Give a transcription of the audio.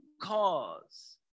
cause